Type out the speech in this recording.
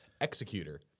Executor